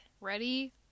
Ready